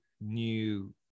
new